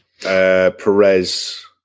Perez